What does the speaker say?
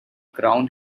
crown